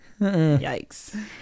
Yikes